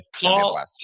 Paul